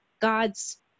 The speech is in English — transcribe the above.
God's